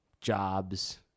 jobs